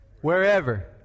Wherever